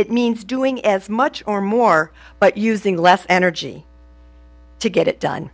it means doing as much or more but using less energy to get it done